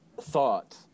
thought